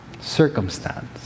circumstance